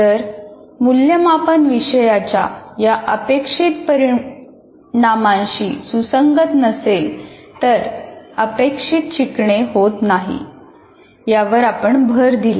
जर मूल्यमापन विषयाच्या या अपेक्षित परिणामांशी सुसंगत नसेल तर अपेक्षित शिकणे होत नाही यावर आपण भर दिला